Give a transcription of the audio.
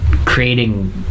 Creating